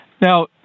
Now